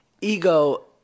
ego